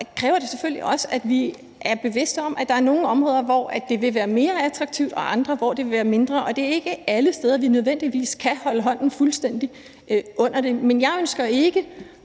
kræver selvfølgelig også, at vi er bevidste om, at der er nogle områder, hvor det vil være mere attraktivt, og andre områder, hvor det vil være mindre attraktivt. Det er heller ikke alle steder, vi nødvendigvis skal holde hånden under. Men jeg ønsker ikke